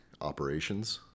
operations